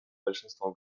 большинством